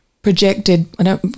projected